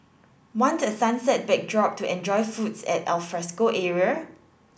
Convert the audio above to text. want a sunset backdrop to enjoy foods at alfresco area